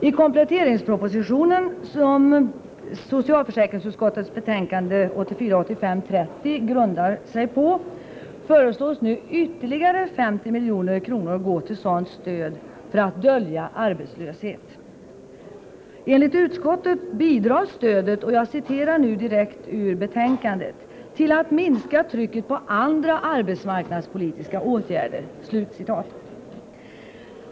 I kompletteringspropositionen, som socialförsäkringsutskottets betänkande 1984/85:30 grundar sig på, föreslås att ytterligare 50 milj.kr. går till sådant stöd för att dölja arbetslöshet. Enligt utskottet bidrar stödet till att ”minska trycket på andra arbetsmarknadspolitiska åtgärder”.